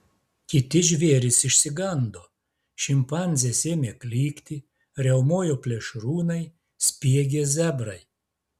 kiti žvėrys išsigando šimpanzės ėmė klykti riaumojo plėšrūnai spiegė zebrai